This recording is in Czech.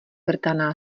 vrtaná